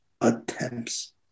attempts